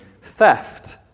Theft